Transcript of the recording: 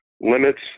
limits